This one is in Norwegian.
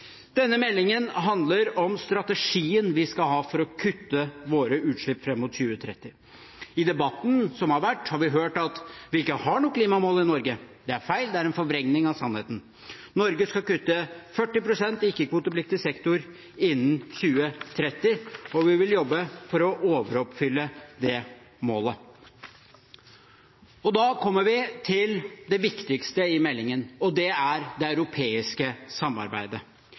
Denne meldingen handler om strategien vi skal ha for å kutte våre utslipp fram mot 2030. I debatten som har vært, har vi hørt at vi ikke har noen klimamål i Norge. Det er feil, det er en forvrengning av sannheten. Norge skal kutte 40 pst. i ikke-kvotepliktig sektor innen 2030, og vi vil jobbe for å overoppfylle det målet. Da kommer vi til det viktigste i meldingen, og det er det europeiske samarbeidet.